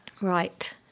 Right